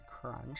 Crunch